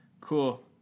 cool